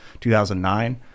2009